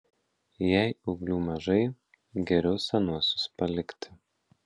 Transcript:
jei ūglių mažai geriau senuosius palikti